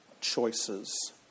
choices